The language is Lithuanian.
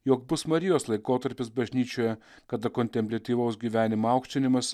jog bus marijos laikotarpis bažnyčioje kada kontempliatyvaus gyvenimo aukštinimas